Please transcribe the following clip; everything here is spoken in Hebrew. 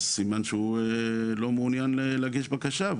אז זה סימן שהוא לא מעוניין להגיש בקשה,